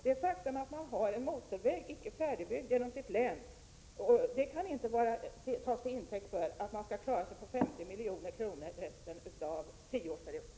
Det faktum att det genom länet går en motorväg, som ännu icke är färdigbyggd, kan inte tas till intäkt för att man skall klara sig på 50 milj.kr. under resten av den aktuella tioårsperioden.